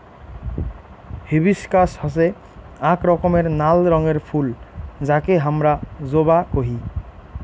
hibiscus হসে আক রকমের নাল রঙের ফুল যাকে হামরা জবা কোহি